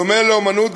בדומה לאמנות,